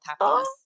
happiness